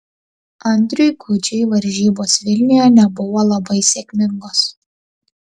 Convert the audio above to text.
andriui gudžiui varžybos vilniuje nebuvo labai sėkmingos